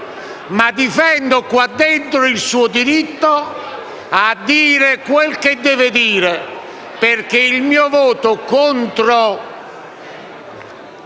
Ma difendo qua dentro il suo diritto a dire quel che deve dire, perché il mio voto contro